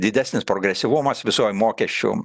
didesnis progresyvumas visoje mokesčių